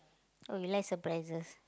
oh you like surprises